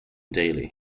daley